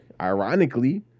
ironically